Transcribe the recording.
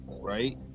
right